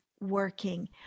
working